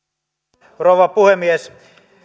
arvoisa rouva puhemies